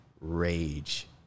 rage